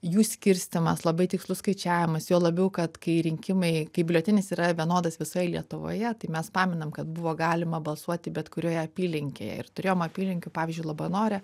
jų skirstymas labai tikslus skaičiavimas juo labiau kad kai rinkimai kai biuletenis yra vienodas visoj lietuvoje tai mes pamenam kad buvo galima balsuoti bet kurioje apylinkėje ir turėjom apylinkių pavyzdžiui labanore